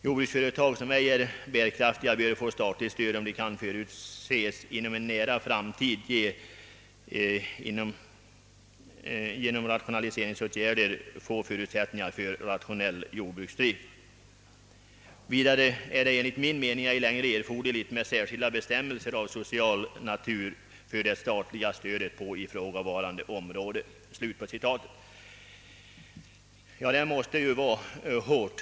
Jordbruksföretag, som ej är bärkraftiga, bör få statligt stöd om de kan förutses inom en nära framtid genom rationaliseringsåtgärder få förutsättningar för rationell jordbruksdrift. Vidare är det enligt min mening ej längre erforderligt med särskilda bestämmelser av social natur för det statliga stödet på ifrågavarande område.» Detta är klara besked som måste kännas hårda.